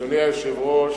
אדוני היושב-ראש,